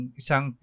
isang